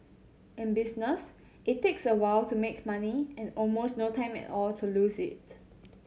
in business it takes a while to make money and almost no time at all to lose it